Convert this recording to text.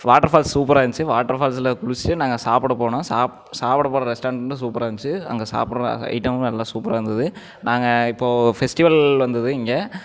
water falls சூப்பராக இருந்துச்சு வாட்டர் பால்ஸில் குளிச்சுட்டு நாங்கள் சாப்பிட போனோம் சாப்பிட போன ரெஸ்டாரெண்ட்டும் சூப்பராக இருந்துச்சு அங்கே சாப்பிட்ற ஐட்டமும் நல்லா சூப்பராக இருந்தது நாங்கள் இப்போது பெஸ்டிவல் வந்தது இங்கே